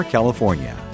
California